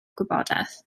gwybodaeth